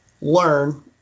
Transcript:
learn